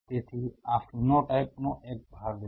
તેથી આ ફિનોટાઇપનો એક ભાગ છે